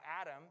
Adam